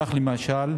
כך, למשל,